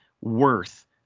worth